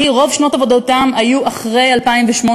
כי רוב שנות עבודתם היו אחרי 2008,